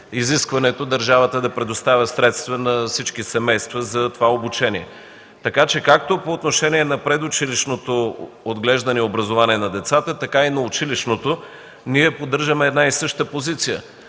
изискването държавата да предоставя средства на всички семейства за това обучение. Така че както по отношение на предучилищното отглеждане и образование на децата, така и на училищното ние поддържаме една и съща позиция.